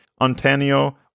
Antonio